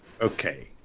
Okay